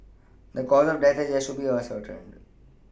the cause of death has yet to be ascertained